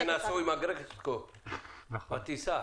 אנחנו ממשיכים עם החריגים, בנוסף לטיסת מטען: